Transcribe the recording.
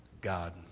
God